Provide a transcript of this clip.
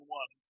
one